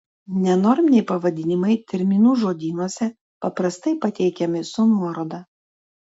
nenorminiai pavadinimai terminų žodynuose paprastai pateikiami su nuoroda